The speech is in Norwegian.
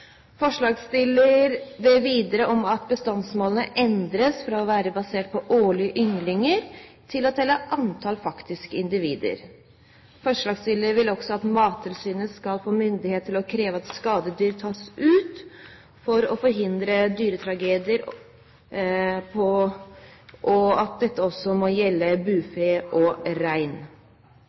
Forslagsstillerne ber videre om at bestandsmålene endres fra å være basert på årlige ynglinger til å telle antallet faktiske individer. Forslagsstillerne vil også at Mattilsynet skal få myndighet til å kreve at skadedyr tas ut for å forhindre dyretragedier, og at dette også må gjelde bufe og rein.